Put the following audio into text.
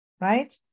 right